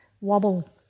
wobble